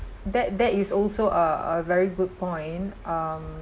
that that is also a a very good point um